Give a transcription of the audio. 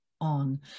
on